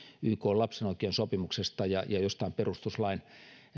ykn lapsen oikeuksien sopimuksesta ja ja jostain perustuslain